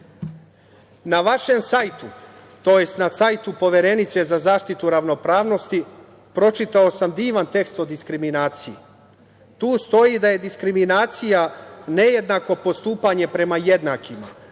vašem sajtu, tj. na sajtu Poverenice za zaštitu ravnopravnosti pročitao sam divan tekst o diskriminaciji. Tu stoji da je diskriminacija nejednako postupanje prema jednakima,